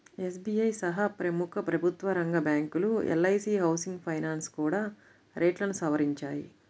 SBI సహా ప్రముఖ ప్రభుత్వరంగ బ్యాంకులు, ఎల్.ఐ.సీ హౌసింగ్ ఫైనాన్స్ కూడా రేట్లను సవరించాయి